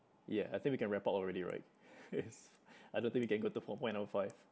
ya I think we can wrap up already right I don't think we can go to four point or five